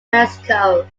mexico